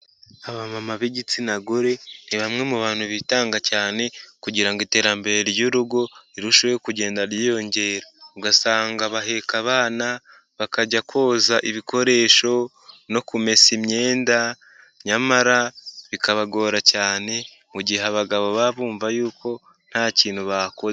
Abamama b'igitsina gore, ni bamwe mu bantu bitanga cyane kugira ngo iterambere ry'urugo rirusheho kugenda ryiyongera, ugasanga baheka abana, bakajya koza ibikoresho no kumesa imyenda, nyamara bikabagora cyane, mu gihe abagabo baba bumva yuko nta kintu bakoze.